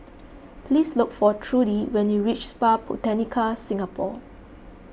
please look for Trudi when you reach Spa Botanica Singapore